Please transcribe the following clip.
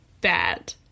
bad